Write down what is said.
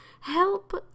Help